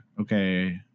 Okay